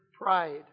pride